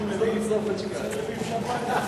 ועדת הכספים, חבר הכנסת משה